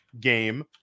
game